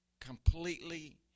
completely